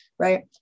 Right